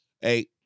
Hey